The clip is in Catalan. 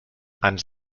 ens